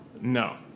no